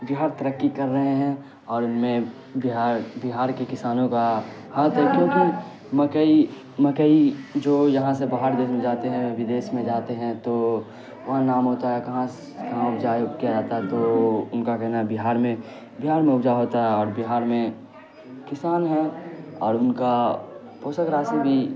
بہار ترقّی کر رہے ہیں اور میں بہار بہار کے کسانوں کا ہاتھ ہے کیونکہ مکئی مکئی جو یہاں سے باہر دیس میں جاتے ہیں بدیس میں جاتے ہیں تو وہاں نام ہوتا ہے کہاں کہاں اپجائے کیا جاتا ہے تو ان کا کہنا ہے بہار میں بہار میں اپجاؤ ہوتا ہے اور بہار میں کسان ہیں اور ان کا پوسک راسک بھی